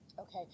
Okay